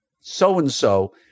so-and-so